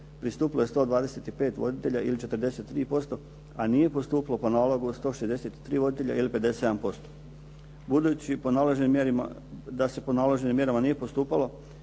pristupilo 125 voditelja ili 43%, a nije postupilo po nalogu 163 voditelja ili 57%. Budući da se po naloženim mjerama nije postupalo